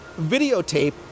videotape